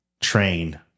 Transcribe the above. train